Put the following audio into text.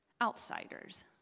outsiders